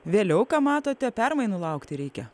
vėliau ką matote permainų laukti reikia